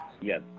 Yes